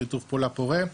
יש שיתוף פעולה פורה,